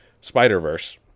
Spider-Verse